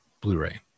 Blu-ray